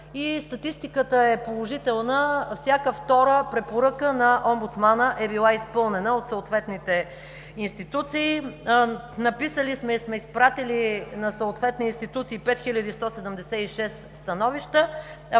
Статистиката е положителна – всяка втора препоръка на омбудсмана е била изпълнена от съответните институции. Написали сме и сме изпратили на съответни институции 5176 становища,